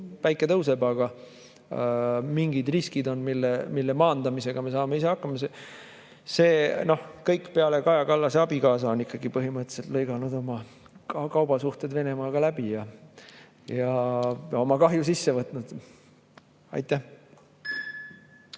päike tõuseb, aga mingid riskid on, mille maandamisega me saame ise hakkama. Kõik peale Kaja Kallase abikaasa on ikkagi põhimõtteliselt lõiganud oma kaubandussuhted Venemaaga läbi ja oma kahju sisse võtnud. Hea